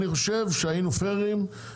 אני חושב שהיינו פיירים,